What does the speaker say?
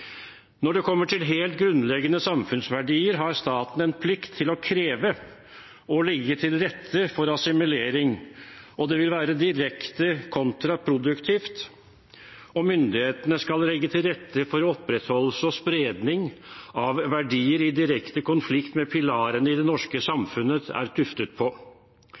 Når det kommer til helt grunnleggende samfunnsverdier, har staten en plikt til å kreve og legge til rette for assimilering. Det vil være direkte kontraproduktivt om myndighetene skal legge til rette for opprettholdelse og spredning av verdier som er i direkte konflikt med pilarene som det norske samfunnet er tuftet på.